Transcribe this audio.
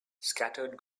scattered